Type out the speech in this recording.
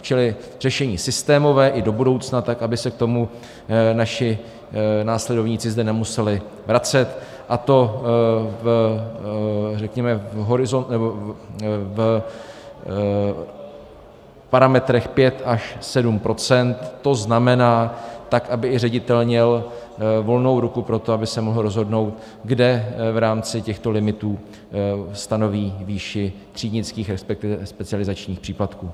Čili řešení systémové i do budoucna i tak, aby se k tomu naši následovníci zde nemuseli vracet, a to, řekněme, v parametrech pět až sedm procent, to znamená, tak, aby i ředitel měl volnou ruku pro to, aby se mohl rozhodnout, kde v rámci těchto limitů stanoví výši třídnických, respektive specializačních příplatků.